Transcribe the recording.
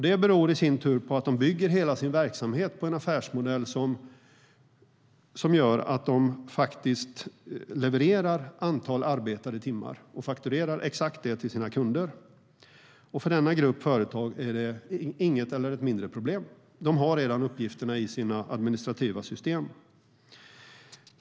Detta beror i sin tur på att de bygger hela sin verksamhet på en affärsmodell som går ut på att debitera exakt antal arbetade timmar till sina kunder. För denna grupp företag är det ett mindre problem. De har redan uppgifterna i sina administrativa system.